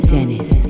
Dennis